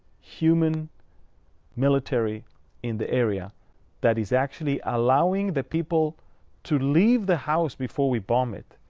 human military in the area that is actually allowing the people to leave the house before we bomb it.